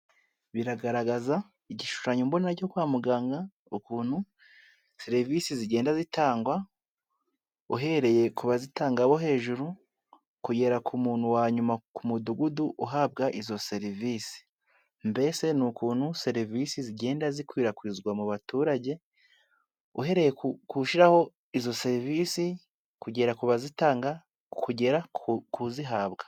Biragaragaza igishushanyombonera cyo kwa muganga, ukuntu serivisi zigenda zitangwa, uhereye ku bazitanga bo hejuru kugera ku muntu wa nyuma ku mudugudu uhabwa izo serivisi, mbese ni ukuntu serivisi zigenda zikwirakwizwa mu baturage, uhereye k'ushyiraho izo serivisi kugera ku bazitanga, kugera k'uzihabwa.